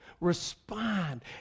respond